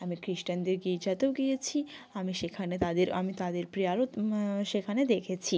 আমি খ্রিস্টানদের গির্জাতেও গিয়েছি আমি সেখানে তাদের আমি তাদের প্রেয়ারও সেখানে দেখেছি